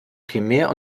primär